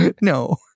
No